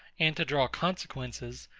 and to draw consequences,